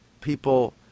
people